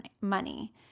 money